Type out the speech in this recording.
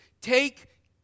take